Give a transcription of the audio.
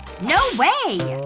no way!